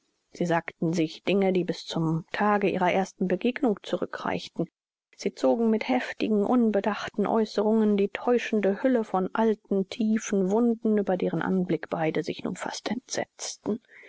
sie sagten sich dinge die bis zum tage ihrer ersten begegnung zurückreichten sie zogen mit heftigen unbedachten aeußerungen die täuschende hülle von alten tiefen wunden über deren anblick beide sich nun fast entsetzten